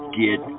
get